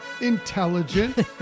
intelligent